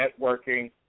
networking